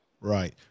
Right